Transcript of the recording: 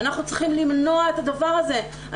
אנחנו צריכים למנוע את הדבר הזה,